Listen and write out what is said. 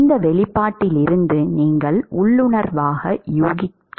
இந்த வெளிப்பாட்டிலிருந்து நீங்கள் உள்ளுணர்வாக யூகிக்கிறீர்கள்